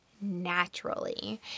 naturally